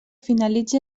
finalitzi